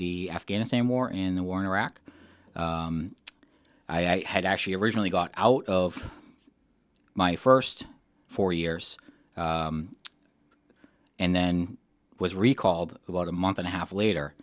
the afghanistan war and the war in iraq i had actually originally got out of my st four years and then was recalled about a month and a half later